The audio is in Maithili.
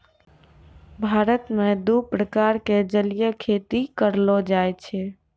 भारत मॅ दू प्रकार के जलीय खेती करलो जाय छै